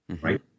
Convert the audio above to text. right